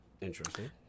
Interesting